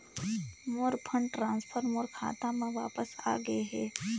मोर fund transfer मोर खाता म वापस आ गे हे